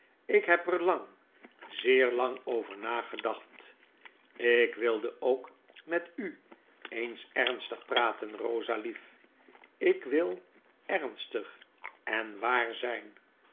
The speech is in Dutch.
ik heb er lang zeer lang over nagedacht ik wilde ook met u eens ernstig praten rosa lief ik wil ernstig en waar zyn